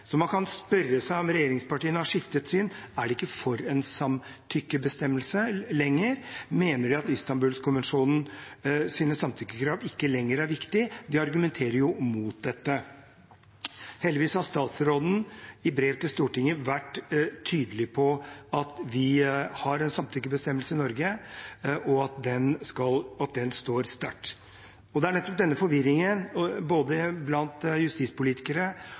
Så man kan spørre seg om regjeringspartiene har skiftet syn. Er de ikke for en samtykkebestemmelse lenger? Mener de at Istanbul-konvensjonens samtykkekrav ikke lenger er viktige? De argumenterer jo mot dette. Heldigvis har statsråden i brev til Stortinget vært tydelig på at vi har en samtykkebestemmelse i Norge, og at den står sterkt. Det er nettopp denne forvirringen, både blant justispolitikere